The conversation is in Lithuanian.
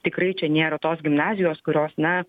tikrai čia nėra tos gimnazijos kurios na